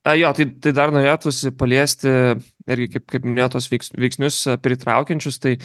ai jo tai tai dar norėtųsi paliesti irgi kaip kaip minėjot tuos veiks veiksnius pritraukiančius tai